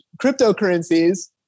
cryptocurrencies